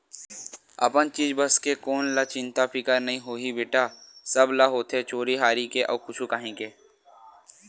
अपन चीज बस के कोन ल चिंता फिकर नइ होही बेटा, सब ल होथे चोरी हारी के अउ कुछु काही के